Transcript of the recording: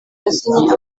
yasinye